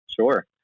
Sure